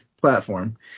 platform